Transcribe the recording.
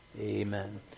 Amen